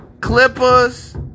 Clippers